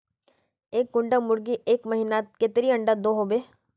एक कुंडा मुर्गी एक महीनात कतेरी अंडा दो होबे?